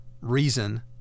reason